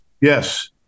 Yes